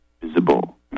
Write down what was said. visible